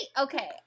Okay